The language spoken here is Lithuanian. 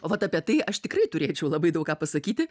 vat apie tai aš tikrai turėčiau labai daug ką pasakyti